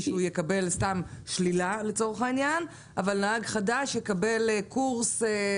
הוא יקבל שלילה לצורך העניין אבל נהג חדש יקבל קורס.